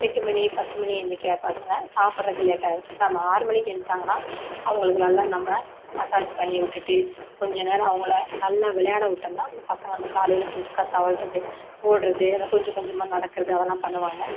எட்டு மணி பத்து மணி எழுந்திரிக்கற பசங்க சாப்பிறதுக்கு லேட் ஆகும் நம்ம ஆறு மணிக்கு எஞ்சாங்கன்னா அவங்களுக்கு நல்லா நம்ம மசாஜ் பண்ணி விட்டுட்டு கொஞ்ச நேரம் அவங்கள நல்ல விளையாட விட்டோம்னா பசங்க அந்த காலையில பிரிஸ்காக தவளுறது ஓடுகிறது அந்த கொஞ்ச கொஞ்சமாக நடக்கிறது அதெல்லாம் பண்ணுவாங்க